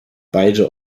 beide